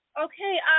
Okay